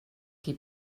qui